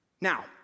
Now